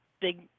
big